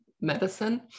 medicine